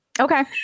Okay